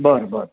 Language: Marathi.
बरं बरं